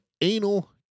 anal